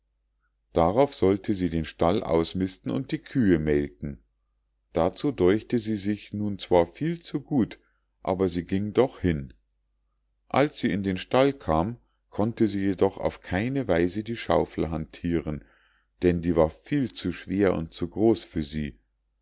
darauf sollte sie den stall ausmisten und die kühe melken dazu däuchte sie sich nun zwar viel zu gut aber sie ging doch hin als sie in den stall kam konnte sie jedoch auf keine weise die schaufel handthieren denn die war viel zu schwer und zu groß für sie